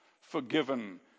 forgiven